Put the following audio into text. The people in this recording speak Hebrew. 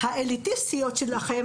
האליטיסטיות שלכם,